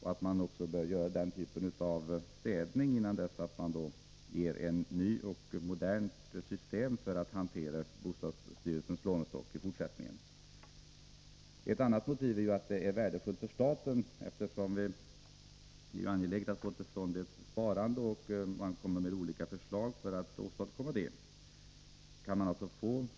Det förutsätter att man gör en ”städning” innan man inför ett nytt och modernt system för att hantera bostadsstyrelsens lånestock i fortsättningen. Ett ytterligare motiv är att det här är värdefullt för staten. Det är ju angeläget att få till stånd ett sparande, och vi kommer med olika förslag för att åstadkomma ett sådant.